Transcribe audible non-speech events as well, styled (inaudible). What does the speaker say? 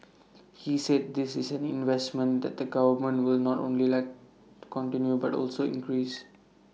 (noise) he said this is an investment that the government will not only let continue but also increase